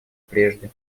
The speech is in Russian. прежде